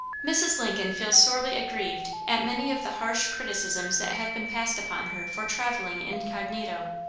mrs. lincoln feels sorely aggrieved at many of the harsh criticisms that have been passed upon her for travelling incognito.